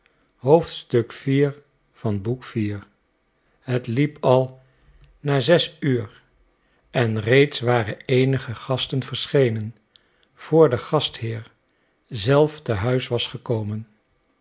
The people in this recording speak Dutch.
iv het liep al naar zes uur en reeds waren eenige gasten verschenen voor de gastheer zelf te huis was gekomen